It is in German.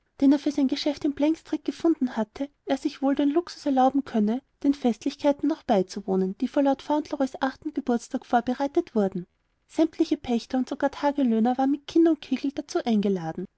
für sein geschäft in blankstreet gefunden hatte er sich wohl den luxus erlauben könne den festlichkeiten noch beizuwohnen die für lord fauntleroys achten geburtstag vorbereitet wurden sämtliche pächter und sogar tagelöhner waren mit kind und kegel dazu geladen